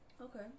Okay